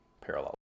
parallel